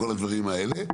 כל הדברים האלה,